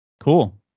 Cool